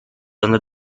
under